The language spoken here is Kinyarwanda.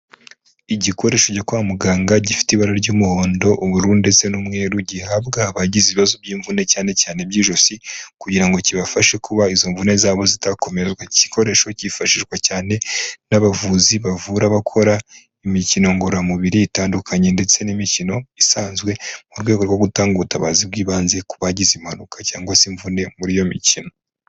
Igikoresho cyo kwa muganga gifite ibara ry'umuhondo ubururu ndetse n'umweru gihabwa abagize ibibazo by'imvune cyane cyane iby'ijosi, kugira ngo kibafashe kuba izo mvune zabo zitakomera, igikoresho cyifashishwa cyane n'abavuzi bavura abakora imikino ngororamubiri itandukanye ndetse n'imikino isanzwe mu rwego rwo gutanga ubutabazi bw'ibanze ku bagize impanuka cyangwa se imvune muri iyo mikino.